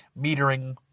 metering